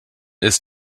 ist